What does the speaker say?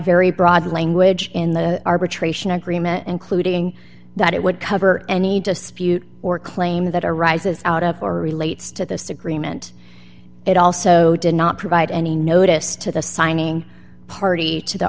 very broad language in the arbitration agreement including that it would cover any dispute or claim that arises out of or relates to this agreement it also did not provide any notice to the signing party to the